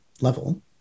level